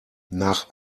nach